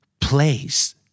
Place